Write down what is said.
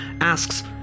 asks